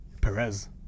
Perez